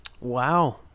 Wow